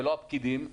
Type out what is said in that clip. ולא הפקידים,